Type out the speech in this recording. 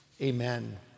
amen